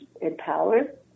empowered